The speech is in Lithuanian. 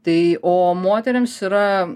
tai o moterims yra